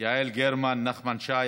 יעל גרמן, נחמן שי.